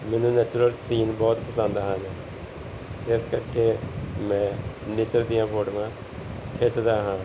ਮੈਨੂੰ natural scene ਬਹੁਤ ਪਸੰਦ ਹਨ ਇਸ ਕਰਕੇ ਮੈਂ ਨੇਚਰ ਦੀਆਂ ਫੋਟੋਆਂ ਖਿੱਚਦਾ ਹਾਂ